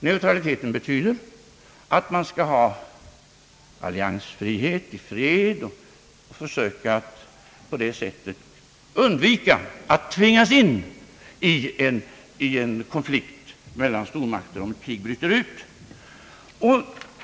Den betyder att man skall ha alliansfrihet i fred och försöka att på det sättet undvika att tvingas in i en konflikt mellan stormakter, om ett krig bryter ut.